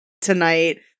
tonight